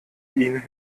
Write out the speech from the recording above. ihn